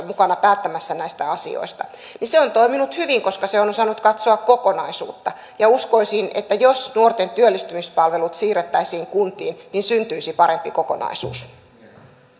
mukana päättämässä näistä asioista niin se on toiminut hyvin koska se on osannut katsoa kokonaisuutta ja uskoisin että jos nuorten työllistymispalvelut siirrettäisiin kuntiin niin syntyisi parempi kokonaisuus